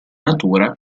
natura